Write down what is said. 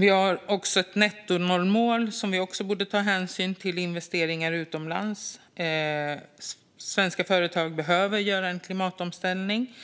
Vi har ett nettonollmål som också borde ta hänsyn till investeringar utomlands. Svenska företag behöver göra en klimatomställning